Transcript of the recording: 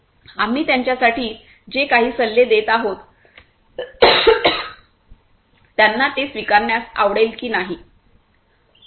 आम्ही त्यांच्यासाठी जे काही सल्ले देत आहोत त्यांना ते स्वीकारण्यास आवडेल की नाही